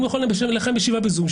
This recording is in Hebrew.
אם הוא יכול לנחם בשבעה ב-זום,